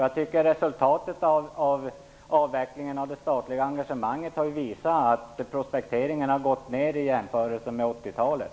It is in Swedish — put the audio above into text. Jag tycker att resultatet beträffande avvecklingen av det statliga engagemanget visar att prospekteringarna har gått ned jämfört med hur det var på 80-talet.